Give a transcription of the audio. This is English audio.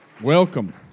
Welcome